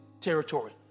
territory